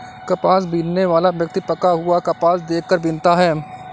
कपास बीनने वाला व्यक्ति पका हुआ कपास देख कर बीनता है